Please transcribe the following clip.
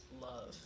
love